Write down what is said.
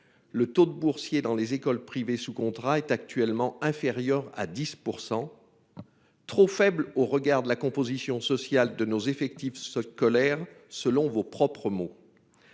Le taux de boursiers dans les écoles privées sous contrat est actuellement inférieur à 10%. Trop faible au regard de la composition sociale de nos effectifs colère selon vos propres mots.